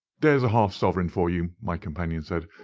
there's a half-sovereign for you, my companion said,